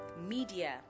media